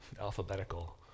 alphabetical